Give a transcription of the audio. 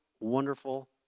wonderful